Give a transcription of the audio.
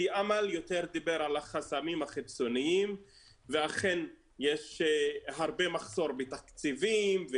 כי אמל יותר דיבר על החסמים החיצוניים ואכן יש הרבה מחסור בתקציבים.